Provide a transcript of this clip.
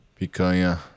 picanha